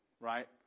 right